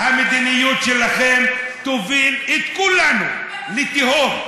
המדיניות שלכם תוביל את כולנו לתהום.